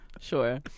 Sure